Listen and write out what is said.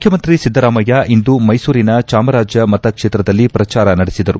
ಮುಖ್ಯಮಂತ್ರಿ ಸಿದ್ದರಾಮಯ್ಯ ಇಂದು ಮೈಸೂರಿನ ಚಾಮರಾಜ ಮತ ಕ್ಷೇತ್ರದಲ್ಲಿ ಪ್ರಚಾರ ನಡೆಸಿದರು